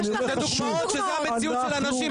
אני נותן דוגמאות שזה המציאות של האנשים,